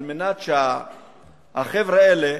כדי שהחבר'ה האלה